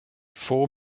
four